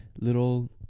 little